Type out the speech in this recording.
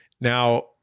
now